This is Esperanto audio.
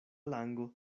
lango